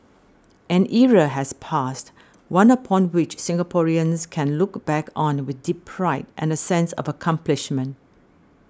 an era has passed one upon which Singaporeans can look back on with deep pride and a sense of accomplishment